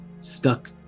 stuck